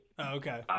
okay